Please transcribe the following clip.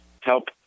help